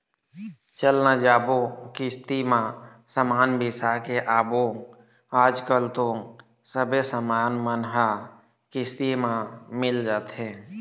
चल न जाबो किस्ती म समान बिसा के आबो आजकल तो सबे समान मन ह किस्ती म मिल जाथे